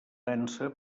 dansa